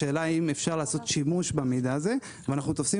השאלה אם אפשר לעשות שימוש במידע הזה ואנחנו תופסים